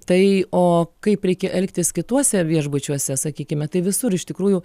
tai o kaip reikia elgtis kituose viešbučiuose sakykime tai visur iš tikrųjų